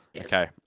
Okay